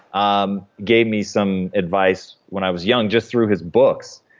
um gave me some advice when i was young just through his books.